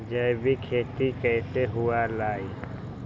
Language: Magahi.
जैविक खेती कैसे हुआ लाई?